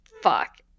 Fuck